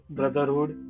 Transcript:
brotherhood